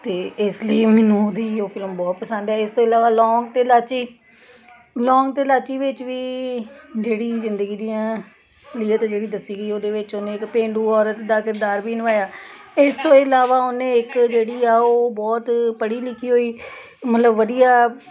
ਅਤੇ ਇਸ ਲਈ ਮੈਨੂੰ ਉਹਦੀ ਉਹ ਫਿਲਮ ਬਹੁਤ ਪਸੰਦ ਹੈ ਇਸ ਤੋਂ ਇਲਾਵਾ ਲੌਂਗ ਅਤੇ ਲਾਚੀ ਲੌਂਗ ਅਤੇ ਲਾਚੀ ਵਿੱਚ ਵੀ ਜਿਹੜੀ ਜ਼ਿੰਦਗੀ ਦੀਆਂ ਅਸਲੀਅਤ ਜਿਹੜੀ ਦੱਸੀ ਗਈ ਉਹਦੇ ਵਿੱਚ ਉਹਨੇ ਇੱਕ ਪੇਂਡੂ ਔਰਤ ਦਾ ਕਿਰਦਾਰ ਵੀ ਨਿਭਾਇਆ ਇਸ ਤੋਂ ਇਲਾਵਾ ਉਹਨੇ ਇੱਕ ਜਿਹੜੀ ਆ ਉਹ ਬਹੁਤ ਪੜ੍ਹੀ ਲਿਖੀ ਹੋਈ ਮਤਲਬ ਵਧੀਆ